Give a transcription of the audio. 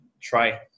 try